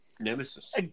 Nemesis